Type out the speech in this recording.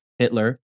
Hitler